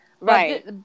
right